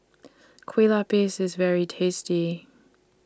Kueh Lapis IS very tasty